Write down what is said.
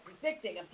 predicting